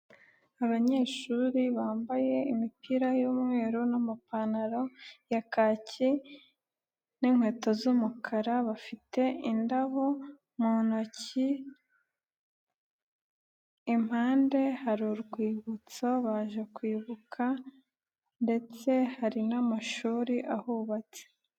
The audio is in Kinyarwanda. Abanyeshuri bambaye imipira y'umweru n'amapantaro ya kaki n'inkweto z'umukara bafite indabo mu ntoki, impande hari urwibutso baje kwibuka ndetse hari n'amashuri ahubatse.